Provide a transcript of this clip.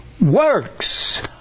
works